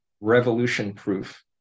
revolution-proof